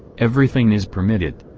everything is permitted.